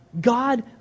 God